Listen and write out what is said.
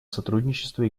сотрудничество